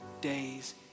days